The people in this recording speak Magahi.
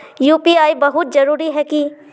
यु.पी.आई बहुत जरूरी है की?